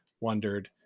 wondered